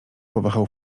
powahał